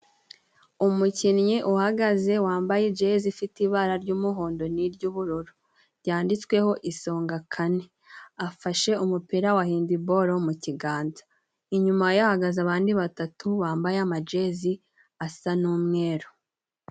Umukinnyi uhagaze wambaye jezi ifite ibara ry'umuhondo n n'iry'ubururu, ryanditsweho Isonga kane afashe umupira wa hendiboro mu kiganza, inyuma yahagaze abandi batatu bambaye amajezi asa n'umweru.